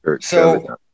So-